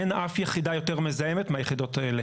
אין אף יחידה יותר מזהמת מהיחידות האלה.